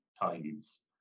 tides